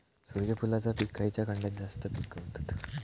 सूर्यफूलाचा पीक खयच्या खंडात जास्त पिकवतत?